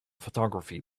photography